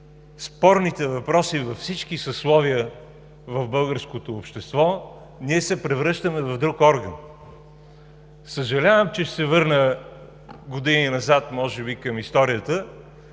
спорните въпроси във всички съсловия на българското общество, ние се превръщаме в друг орган. Съжалявам, че ще се върна години назад може би към историята,